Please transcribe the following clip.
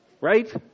right